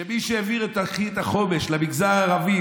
שמי שהעביר את תוכנית החומש למגזר הערבי,